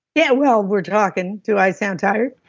yeah, well, we're talking. do i sound tired?